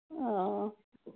हां